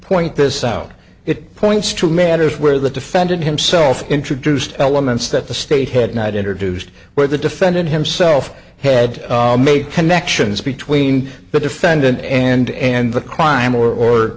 point this out it points to matters where the defendant himself introduced elements that the state had not introduced where the defendant himself head make connections between the defendant and the crime or